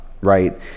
right